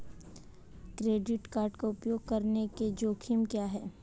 Credit card का उपयोग करने के जोखिम क्या हैं?